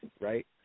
right